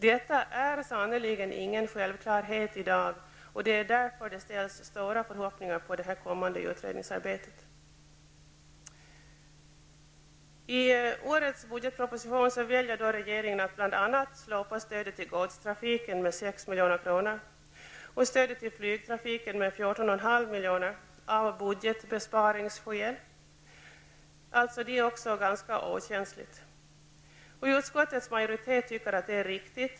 Detta är sannerligen ingen självklarhet i dag, och det är därför det ställs stora förhoppningar på det kommande utredningsarbetet. och stödet till flygtrafiken med 14,5 miljoner av budgetbesparingsskäl. Det är också ganska okänsligt, och utskottets majoritet tycker att det är riktigt.